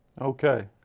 Okay